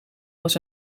was